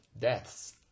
deaths